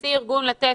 נשיא ארגון לתת,